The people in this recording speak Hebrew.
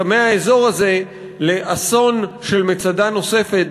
עמי האזור הזה לאסון של מצדה נוספת,